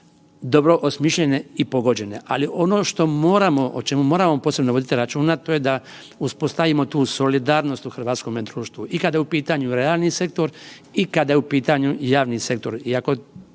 dobro osmišljene i pogođene. Ali ono što moramo, o čemu moramo posebno voditi računa to je da uspostavimo tu solidarnost u hrvatskome društvu. I kada je u pitanju realni sektor i kada je u pitanju javni sektor.